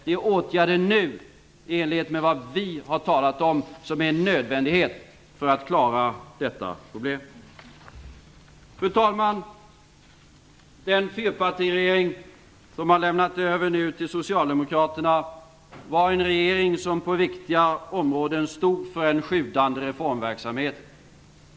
Det är åtgärder nu i enlighet med vad vi har talat om som är en nödvändighet för att klara detta problem. Fru talman! Den fyrpartiregering som nu har lämnat över till socialdemokraterna var en regering som på viktiga områden stod för en sjudande reformverksamhet.